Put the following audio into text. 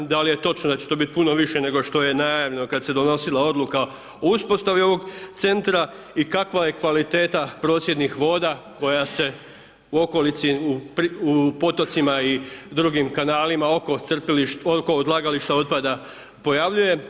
Da li je točno da će to biti puno više, nego što je najavljeno kada se je odnosila odluka o uspostavi ovog centra i kakva je kvaliteta procijedih voda koja se u okolici u potocima i drugim kanalima, oko odlagališta otpada pojavljuje.